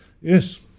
yes